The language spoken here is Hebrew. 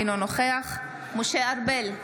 אינו נוכח משה ארבל,